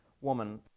woman